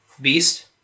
beast